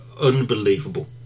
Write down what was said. unbelievable